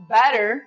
better